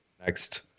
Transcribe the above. next